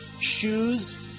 shoes